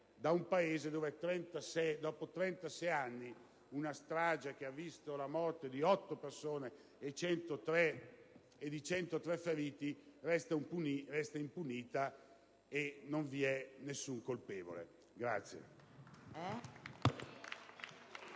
in un Paese dove dopo 36 anni una strage che ha visto la morte di otto persone e 103 feriti resta impunita e non vi è nessun colpevole.